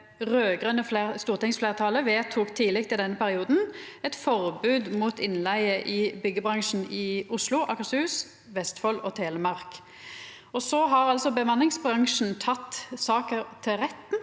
raud-grøne stortingsfleirtalet vedtok tidleg i denne perioden eit forbod mot innleige i byggjebransjen i Oslo, Akershus, Vestfold og Telemark. Så har altså bemanningsbransjen teke saka til retten